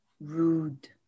rude